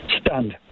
Stunned